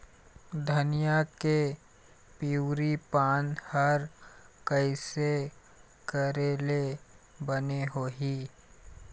धनिया के पिवरी पान हर कइसे करेले बने होही?